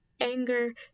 anger